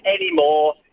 anymore